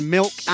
Milk